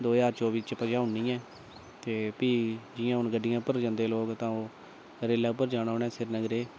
दो ज्हार चौह्बी च पजानी ऐ ते फ्ही जि'यां हून गड्डियें उप्पर जंदे लोग इ'यां रेलै उप्पर जाना उ'नें श्नीनगरे गी